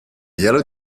yellow